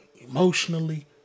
emotionally